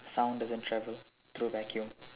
sound doesn't travel through vacuum